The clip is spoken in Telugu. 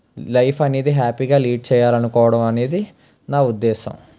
లైఫ్ అనేది హ్యాపీగా లీడ్ చెయ్యాలనుకోవడం అనేది నా ఉద్దేశం